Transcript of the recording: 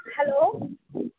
hello